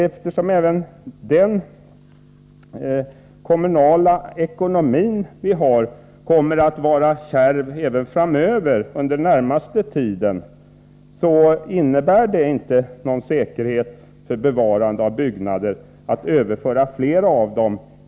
Eftersom den kommunala ekonomin kommer att vara kärv även under den närmaste framtiden, innebär en överföring av flera byggnader i kommunal ägo inte någon säkerhet för bevarandet av dessa.